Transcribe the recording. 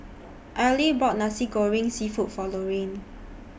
Arely bought Nasi Goreng Seafood For Loraine